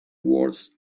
words